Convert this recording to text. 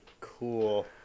Cool